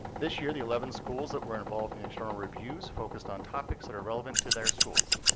this year, the eleven schools that were involved in the external reviews focused on topics that are relevant to their schools.